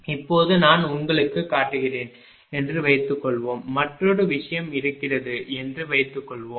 இப்போது நான் உங்களுக்குக் காட்டுகிறேன் என்று வைத்துக்கொள்வோம் மற்றொரு விஷயம் இருக்கிறது என்று வைத்துக்கொள்வோம்